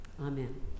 Amen